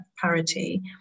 parity